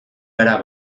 gara